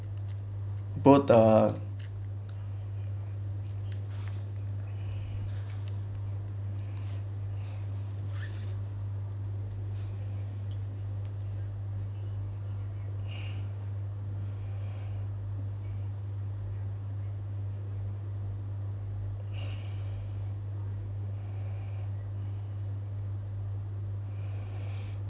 but ah